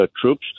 troops